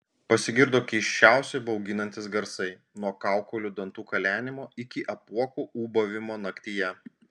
pasigirdo keisčiausi bauginantys garsai nuo kaukolių dantų kalenimo iki apuokų ūbavimo naktyje